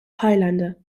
highlander